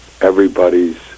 everybody's